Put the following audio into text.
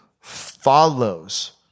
follows